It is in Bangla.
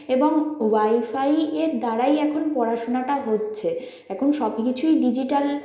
এবং ওয়াইফাইয়ের দ্বারাই এখন পড়াশুনাটা হচ্ছে এখন সবকিছুই ডিজিটাল